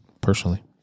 personally